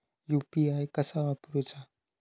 UPI कसा वापरूचा?